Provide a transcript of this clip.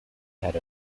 had